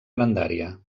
grandària